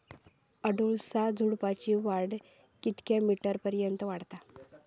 अडुळसा झुडूपाची वाढ कितक्या मीटर पर्यंत वाढता?